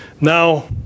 Now